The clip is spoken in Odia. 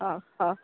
ହଉ ହଉ